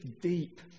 deep